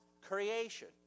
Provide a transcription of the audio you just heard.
creation